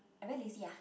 I very lazy ah